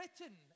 written